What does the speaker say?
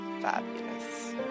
Fabulous